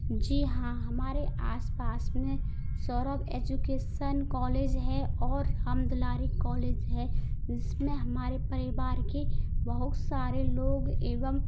जी हाँ हमारे आस पास में सौरव एजुकेसन कॉलेज है और हम दुलारी कॉलेज है जिसमें हमारे परिवार के बहुत सारे लोग एवं